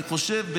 אני חושב,